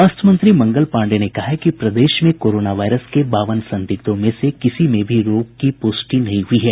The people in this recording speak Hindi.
स्वास्थ्य मंत्री मंगल पांडेय ने कहा है कि प्रदेश में कोरोना वायरस के बावन संदिग्धों में से किसी में भी रोग की पुष्टि नहीं हुई है